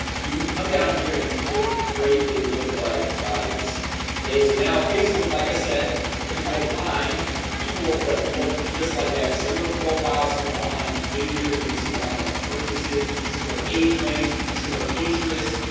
you can come down here and click create a look-alike like audience okay, so now facebook like i said they're gonna go find people that look just like they have similar profiles somewhere online behaviors may be similar online purchases similar age range similar interests,